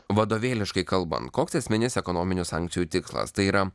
vadovėliškai kalbant koks esminis ekonominių sankcijų tikslas tai yra